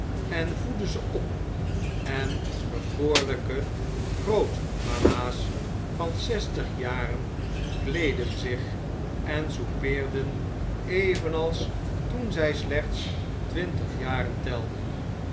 en voedden ze op en bekoorln'ke grootmama's van zestig jaren kleedden zich en soupeerden evenals toen zij slechts twintig jaren telden